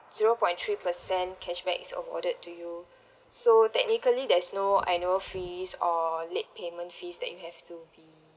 zero point three percent cashback is awarded to you so technically there's no annual fees or late payment fees that you have to be